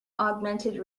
augmented